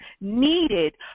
needed